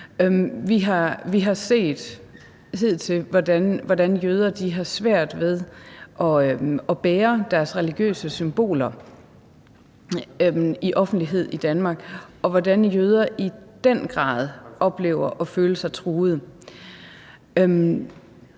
Vi har set hidtil, hvordan jøder har svært ved at bære deres religiøse symboler i offentlighed i Danmark, og hvordan jøder i den grad oplever at føle sig truet.